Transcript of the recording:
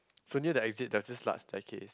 so near the exit there was this large staircase